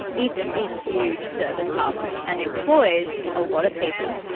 it's a huge service hub and employs a lot of people.